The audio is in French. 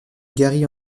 garry